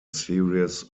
series